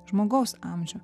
žmogaus amžių